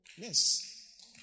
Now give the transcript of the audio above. Yes